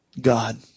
God